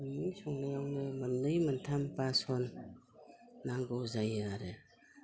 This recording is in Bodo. मोननै संनायावनो मोननै मोनथाम बासन नांगौ जायो